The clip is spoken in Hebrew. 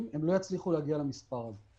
כמה מתו לפני שנה בתקופה הזאת בישראל.